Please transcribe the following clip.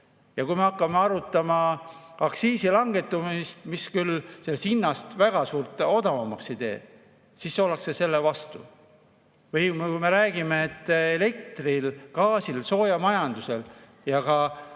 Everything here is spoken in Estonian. Aga kui me hakkame arutama aktsiisi langetamist, mis küll seda hinda suurt odavamaks ei tee, siis ollakse selle vastu. Või kui me räägime, et elektril, gaasil, soojamajandusel ja ka